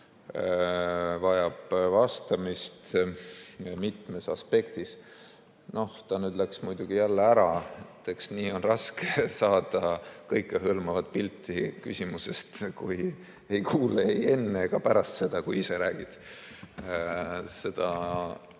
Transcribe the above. vajab vastamist mitmes aspektis. Ta nüüd läks muidugi jälle ära, eks nii ongi raske saada kõikehõlmavat pilti küsimusest, kui ei kuule ei enne ega pärast seda, kui ise räägid. Seda